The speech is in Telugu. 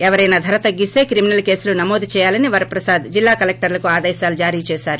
ఎవరైనా ధర తగ్గిస్త క్రిమినల్ కేసులు నమోదు చేయాలని వరప్రసాద్ జిల్లా కలెక్టర్లకు ఆదేశాలు జారీ చేశారు